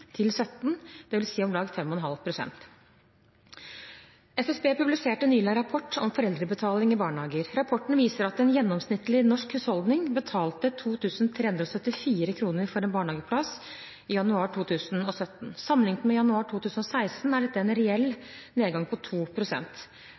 om lag 5,5 pst. SSB publiserte nylig en rapport om foreldrebetaling i barnehager. Rapporten viser at en gjennomsnittlig norsk husholdning betalte 2 374 kr for en barnehageplass i januar 2017. Sammenlignet med januar 2016 er dette en reell